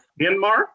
Myanmar